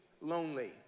lonely